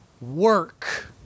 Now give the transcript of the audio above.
work